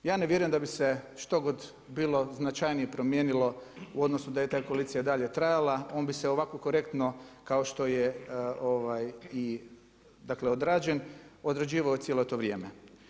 Ja ne vjerujem da bi se štogod, bilo značajnije promijenilo u odnosu da je ta koalicija i dalje trajala, on bi se ovako korektno, kao što je i odrađen, dakle, određivan cijelo to vrijeme.